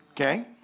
okay